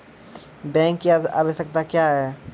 Bank की आवश्यकता क्या हैं?